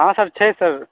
हॅं सर छै सर